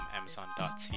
Amazon.ca